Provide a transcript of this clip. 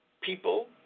people